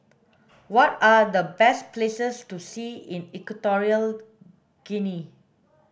what are the best places to see in Equatorial Guinea